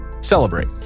celebrate